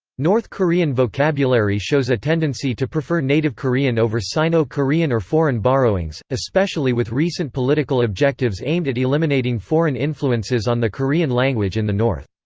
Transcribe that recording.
north korean vocabulary shows a tendency to prefer native korean over sino-korean or foreign borrowings, especially with recent political objectives aimed at eliminating foreign influences on the korean language in the north.